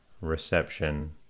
reception